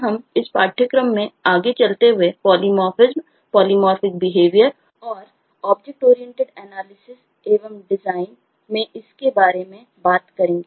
हम विराम लेंगे और फिर उस बारे में बात करेंगे